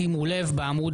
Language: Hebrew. בדיוק.